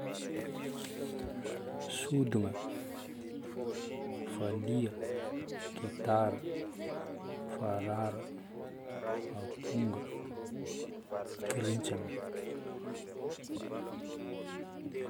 Sodigna, valiha, gitara, farara, aponga, korintsagna.